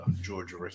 Georgia